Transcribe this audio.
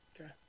okay